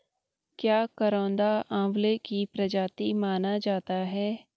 क्या करौंदा आंवले की प्रजाति माना जाता है?